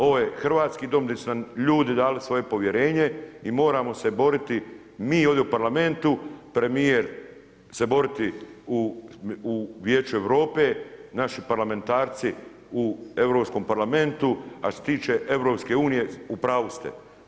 Ovo je Hrvatski dom, gdje su nam ljudi dali svoje povjerenje i moramo se boriti mi ovdje u Parlamentu, premjer se boriti u Vijeću Europe, naši parlamentarci u Europskom parlamentu, a što se tiče EU, u pravu ste.